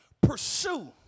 pursue